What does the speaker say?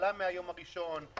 אבטלה מהיום הראשון,